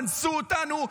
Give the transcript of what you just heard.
אנסו אותנו,